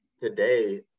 today